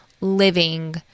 living